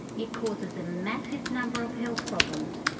it causes a massive number of health problems,